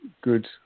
good